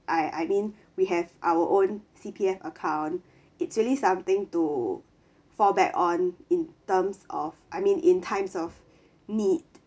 I I mean we have our own C_P_F account it's really something to fall back on in terms of I mean in times of need